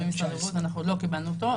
אנחנו עוד לא קיבלנו אותו.